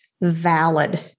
valid